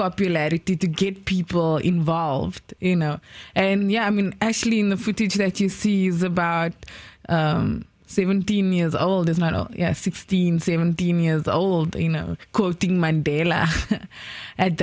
popularity to get people involved you know and yeah i mean actually in the footage that you see that about seventeen years old is not oh yes sixteen seventeen years old you know